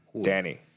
Danny